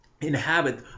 inhabit